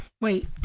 Wait